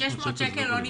מ-600 שקל לא ניבנה.